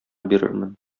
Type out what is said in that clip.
бирермен